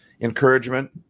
encouragement